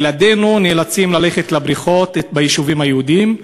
ילדינו נאלצים ללכת לבריכות ביישובים היהודיים,